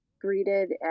greeted